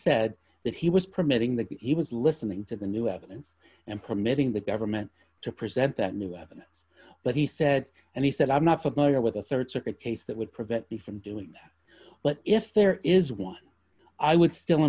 said that he was promoting that he was listening to the new evidence and permitting the government to present that new evidence but he said and he said i'm not familiar with the rd circuit case that would prevent me from doing that but if there is one i would still